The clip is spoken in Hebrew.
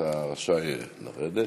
אתה רשאי לרדת.